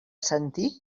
sentir